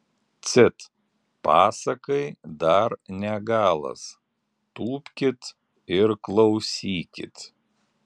cit pasakai dar ne galas tūpkit ir klausykit